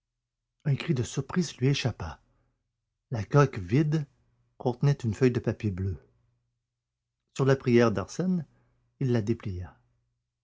un cri de surprise lui échappa la coque vide contenait une feuille de papier bleu sur la prière d'arsène il la déplia